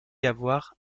avoir